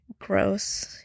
gross